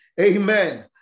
Amen